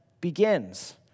begins